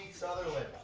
sutherland.